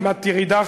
ירידה,